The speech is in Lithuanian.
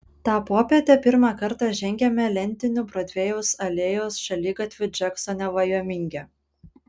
tą popietę pirmą kartą žengiame lentiniu brodvėjaus alėjos šaligatviu džeksone vajominge